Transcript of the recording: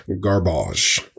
garbage